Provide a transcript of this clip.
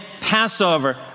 Passover